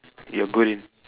you're good in